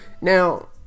Now